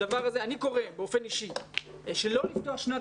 ואני קורא באופן אישי שלא לפתוח את שנת